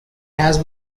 has